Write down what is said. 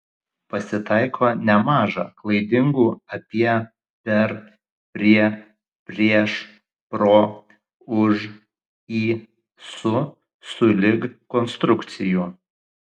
pasitaiko nemaža klaidingų apie per prie prieš pro už į su sulig konstrukcijų